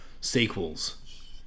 sequels